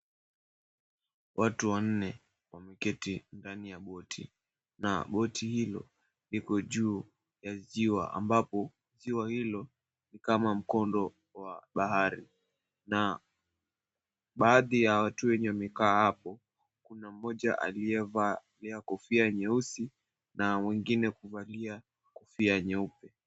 Watu wanne wameketi ndani ya boti na boti hilo liko juu ya ziwa ambapo ziwa hilo ni kama mkondo wa bahari na baadhi ya watu wenye wamekaa hapo kuna mmoja aliyevaa kofia nyeusi na mwingine kuvalia kofia nyeupe.